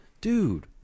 Dude